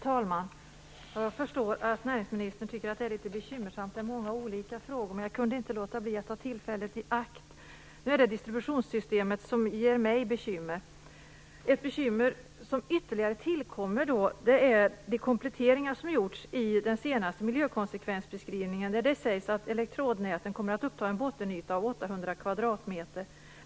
Fru talman! Jag förstår att näringsministern tycker att det är bekymmersamt med många olika frågor, men jag kunde inte låta bli att ta tillfället i akt. Distributionssystemet ger mig bekymmer. Ytterligare bekymmer är de kompletteringar som gjorts i den senaste miljökonsekvensbeskrivningen, där det sägs att elektrodnäten kommer att uppta en bottenyta av 800 m2.